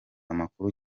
amakuru